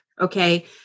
okay